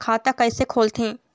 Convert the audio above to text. खाता कइसे खोलथें?